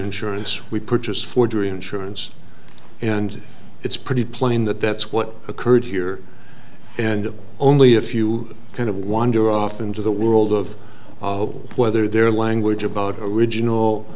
insurance we purchase forgery insurance and it's pretty plain that that's what occurred here and only if you kind of wander off into the world of whether their language about original